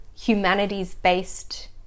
humanities-based